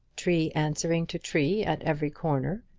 tree answering to tree at every corner,